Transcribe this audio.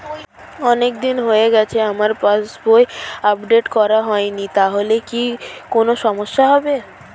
অনেকদিন হয়ে গেছে আমার পাস বই আপডেট করা হয়নি তাহলে কি কোন সমস্যা হবে?